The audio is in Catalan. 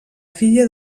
filla